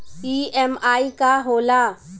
EMI का होला?